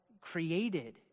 created